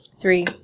Three